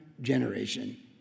generation